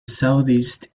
southeast